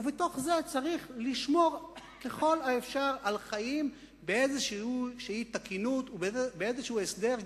ובתוך זה צריך לשמור ככל האפשר על חיים באיזו תקינות ובאיזה הסדר,